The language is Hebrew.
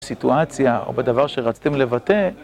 בסיטואציה, או בדבר שרציתם לבטא.